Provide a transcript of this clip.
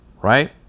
right